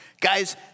Guys